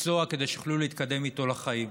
מקצוע כדי שיוכלו להתקדם איתו לחיים.